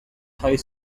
high